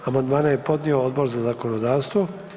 Amandmane je podnio Odbor za zakonodavstvo.